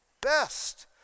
best